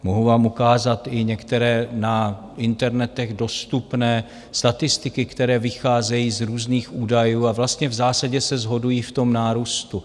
Mohu vám ukázat i některé na internetech dostupné statistiky, které vycházejí z různých údajů, a vlastně v zásadě se shodují v tom nárůstu.